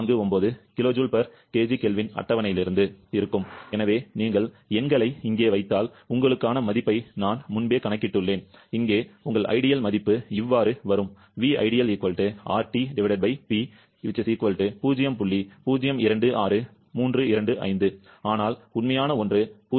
08149 kJkgK அட்டவணையிலிருந்து எனவே நீங்கள் எண்களை இங்கே வைத்தால் உங்களுக்கான மதிப்பை நான் முன்பே கணக்கிட்டுள்ளேன் இங்கே உங்கள் ஐடியல் மதிப்பு இவ்வாறு வரும் ஆனால் உண்மையான ஒன்று 0